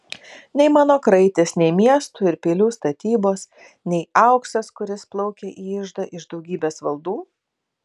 nei mano kraitis nei miestų ir pilių statybos nei auksas kuris plaukia į iždą iš daugybės valdų